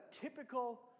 typical